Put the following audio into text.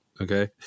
okay